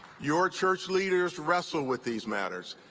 your church leaders wrestle with these matters,